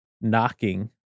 knocking